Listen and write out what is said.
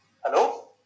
Hello